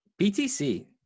btc